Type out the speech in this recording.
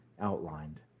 outlined